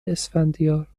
اسفندیار